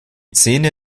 zähne